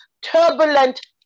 turbulent